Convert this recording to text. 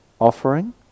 Offering